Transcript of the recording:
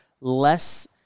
less